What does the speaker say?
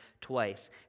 twice